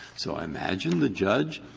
so i imagine the judge,